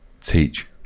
Teach